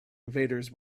invaders